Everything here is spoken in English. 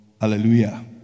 Hallelujah